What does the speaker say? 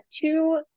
two